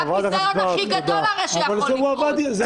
זה הביזיון הכי גדול שיכול לקרות.